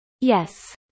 Yes